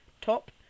top